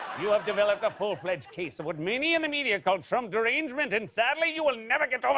you have developed a full-fledged case of what many in the media call trump derangement and sadly, you will never get